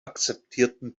akzeptierten